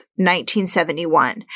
1971